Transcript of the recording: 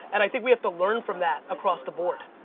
and i think we have to learn from that across the board.